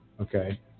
okay